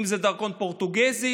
אם זה דרכון פורטוגזי,